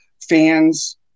fans